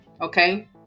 Okay